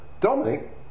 Dominic